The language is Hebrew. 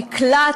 מקלט,